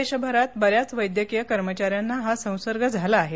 देशभरात बऱ्याच वैद्यकीय कर्मचाऱ्यांना हा संसर्ग झाला आहे